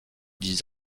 dix